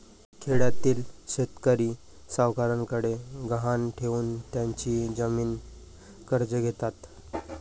खेड्यातील शेतकरी सावकारांकडे गहाण ठेवून त्यांची जमीन कर्ज घेतात